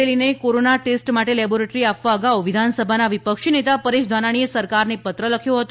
અમરેલીને corona test માટે laboratory આપવા અગાઉ વિધાનસભાના વિપક્ષી નેતા પરેશ ધાનાણીએ સરકારને પત્ર લખ્યો હતો